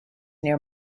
near